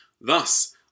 Thus